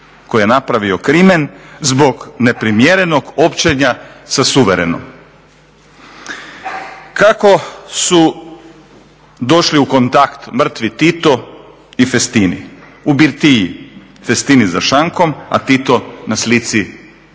koji je napravio krimen zbog neprimjerenog općenja sa suverenom. Kako su došli u kontakt mrtvi Tito i Festini? U birtiji, Festini za šankom, a Tito na slici iznad